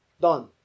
done